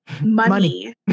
money